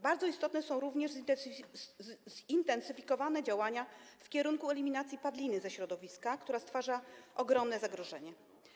Bardzo istotne są również zintensyfikowane działania w kierunku eliminacji ze środowiska padliny, która stwarza ogromne zagrożenie.